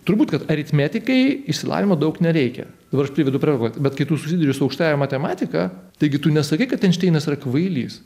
turbūt kad aritmetikai išsilavinimo daug nereikia dabar aš privedu prie ko bet kai tu susiduri su aukštąja matematika taigi tu nesakai kad einšteinas yra kvailys